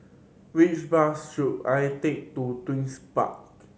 which bus should I take to Twin